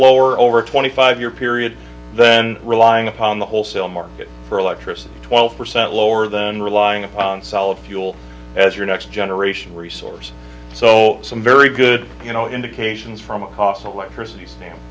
lower over twenty five year period then relying upon the wholesale market for electricity twelve percent lower than relying upon solid fuel as your next generation resource so some very good you know indications from a cost electricity